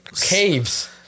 Caves